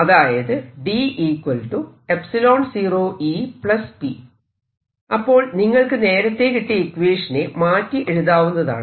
അതായത് അപ്പോൾ നിങ്ങൾക്ക് നേരത്തെ കിട്ടിയ ഇക്വേഷനെ മാറ്റി എഴുതാവുന്നതാണ്